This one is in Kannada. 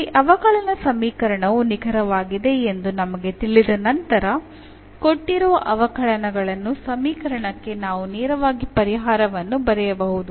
ಇಲ್ಲಿ ಅವಕಲನ ಸಮೀಕರಣವು ನಿಖರವಾಗಿದೆ ಎಂದು ನಮಗೆ ತಿಳಿದ ನಂತರ ಕೊಟ್ಟಿರುವ ಅವಕಲನಗಳನ್ನು ಸಮೀಕರಣಕ್ಕೆ ನಾವು ನೇರವಾಗಿ ಪರಿಹಾರವನ್ನು ಬರೆಯಬಹುದು